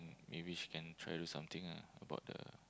maybe she can try do something ah about the